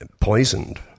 poisoned